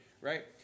Right